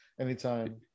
anytime